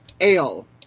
ale